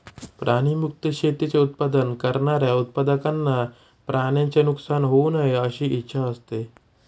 प्राणी मुक्त शेतीचे उत्पादन करणाऱ्या उत्पादकांना प्राण्यांचे नुकसान होऊ नये अशी इच्छा असते